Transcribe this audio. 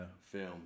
film